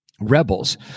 rebels